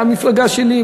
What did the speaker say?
במפלגה שלי,